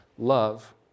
love